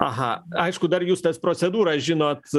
aha aišku dar justas procedūrą žinot